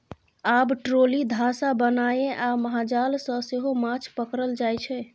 आब ट्रोली, धासा बनाए आ महाजाल सँ सेहो माछ पकरल जाइ छै